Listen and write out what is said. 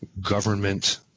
government